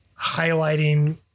highlighting